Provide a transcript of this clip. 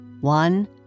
one